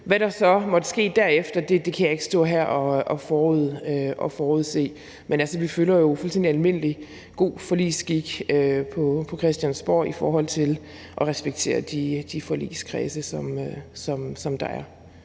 Hvad der så måtte ske derefter, kan jeg ikke stå her og forudse. Men altså, vi følger jo fuldstændig almindelig, god forligsskik på Christiansborg i forhold til at respektere de forligskredse, som der er.